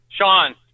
Sean